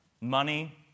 money